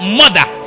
mother